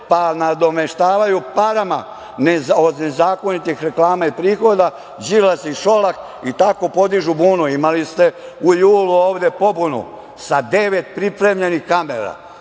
pa nadomeštavaju parama od nezakonitih reklama i prihoda Đilas i Šolak i tako podižu bunu. Imali ste u julu ovde pobunu sa devet pripremljenih kamera.